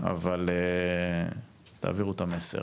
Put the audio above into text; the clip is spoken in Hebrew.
אבל תעבירו את המסר.